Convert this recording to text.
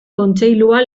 kontseilua